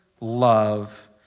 love